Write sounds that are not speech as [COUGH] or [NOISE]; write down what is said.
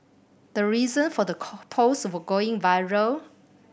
the reason for the [UNINTELLIGIBLE] post [UNINTELLIGIBLE] going viral